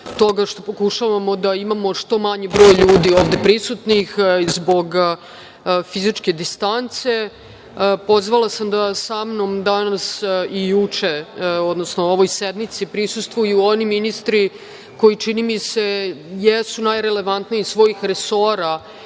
toga što pokušavamo da imamo što manji broj ljudi ovde prisutnih zbog fizičke distance. Pozvala sam da samnom danas i juče, odnosno ovoj sednici prisustvuju oni ministri koji, čini mi se, jesu najrelevantniji iz svojih resora